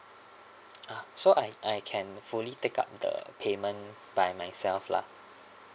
ah so I I can fully take up the payment by myself lah